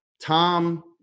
Tom